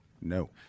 No